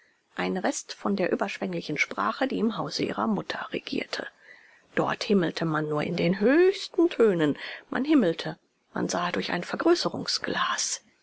ein rest von der überschwenglichen sprache die im hause ihrer mutter regierte dort himmelte man nur in den höchsten tönen man himmelte man sah durch ein vergrößerungsglas